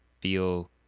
feel